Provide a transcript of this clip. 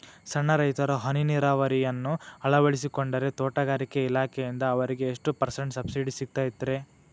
ಸಣ್ಣ ರೈತರು ಹನಿ ನೇರಾವರಿಯನ್ನ ಅಳವಡಿಸಿಕೊಂಡರೆ ತೋಟಗಾರಿಕೆ ಇಲಾಖೆಯಿಂದ ಅವರಿಗೆ ಎಷ್ಟು ಪರ್ಸೆಂಟ್ ಸಬ್ಸಿಡಿ ಸಿಗುತ್ತೈತರೇ?